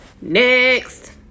next